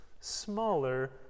smaller